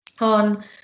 on